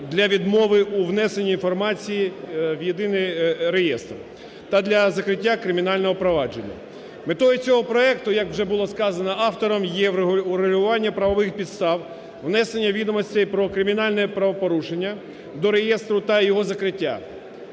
для відмови у внесенні інформації в єдиний реєстр та для закриття кримінального провадження. Метою цього проекту, як вже було сказано автором, є врегулювання правових підстав внесення відомостей про кримінальне правопорушення до реєстру та його закриття.